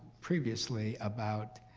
previously about